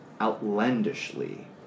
outlandishly